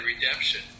redemption